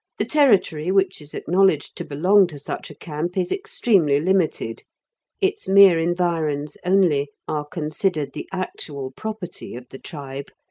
the territory which is acknowledged to belong to such a camp is extremely limited its mere environs only are considered the actual property of the tribe,